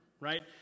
right